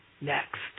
next